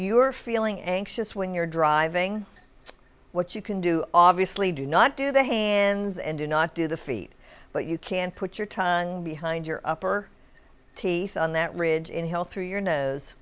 you're feeling anxious when you're driving what you can do obviously do not do the hands and do not do the feet but you can put your tongue behind your upper teeth on that ridge in health through your nose